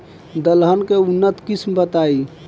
दलहन के उन्नत किस्म बताई?